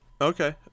okay